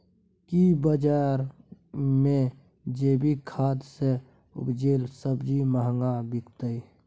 की बजार मे जैविक खाद सॅ उपजेल सब्जी महंगा बिकतै?